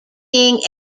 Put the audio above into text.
being